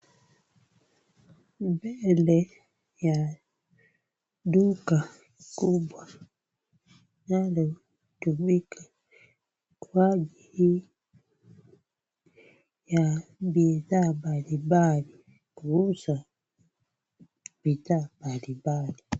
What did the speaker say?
Mbele ya duka kubwa linalotumika kwa ajili ya bidhaa mbalimbali kuuza bidhaa mbalimbali.